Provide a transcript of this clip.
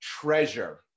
treasure